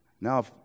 now